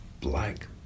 black